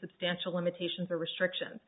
substantial limitations or restriction